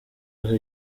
aho